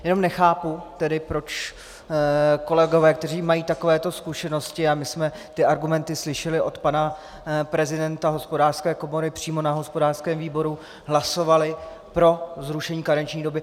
Jenom nechápu tedy, proč kolegové, kteří mají takovéto zkušenosti a my jsme ty argumenty slyšeli od pana prezidenta Hospodářské komory přímo na hospodářském výboru hlasovali pro zrušení karenční doby.